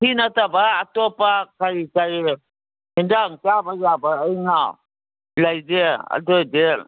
ꯁꯤ ꯅꯠꯇꯕ ꯑꯇꯣꯞꯄ ꯀꯔꯤ ꯀꯔꯤ ꯏꯟꯖꯥꯡ ꯆꯥꯕ ꯌꯥꯕ ꯑꯩꯅ ꯂꯩꯒꯦ ꯑꯗꯨꯏꯗꯤ